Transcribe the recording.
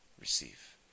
Receive